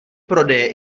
prodeje